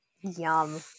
Yum